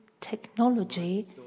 technology